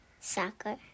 soccer